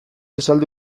esaldi